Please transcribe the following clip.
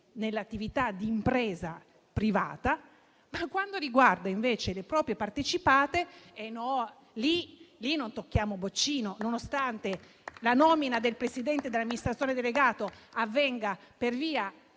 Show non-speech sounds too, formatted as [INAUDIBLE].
nell'attività di impresa privata. Per quanto riguarda invece le proprie partecipate, lì non tocchiamo boccino; [APPLAUSE] nonostante la nomina del presidente e dell'amministratore delegato avvenga per via